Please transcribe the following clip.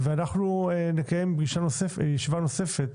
נקיים ישיבה נוספת